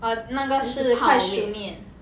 er 那个是快熟面